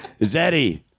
Zeddy